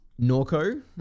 Norco